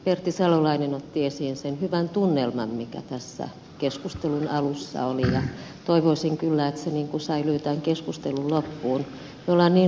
pertti salolainen otti esiin sen hyvän tunnelman mikä tässä keskustelun alussa oli ja toivoisin kyllä että se säilyy tämän keskustelun loppuun